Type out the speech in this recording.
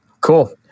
Cool